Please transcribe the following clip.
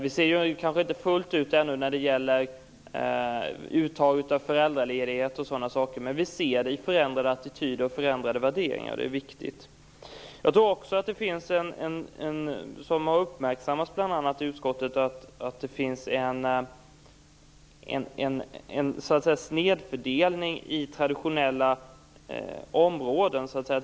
Vi ser det kanske inte ännu fullt ut när det gäller uttag av föräldraledighet och sådana saker, men vi ser det i förändrade attityder och värderingar, och det viktigt. Jag tror också, och det har uppmärksammats i utskottet, att det finns en snedfördelning i fråga om traditionella områden.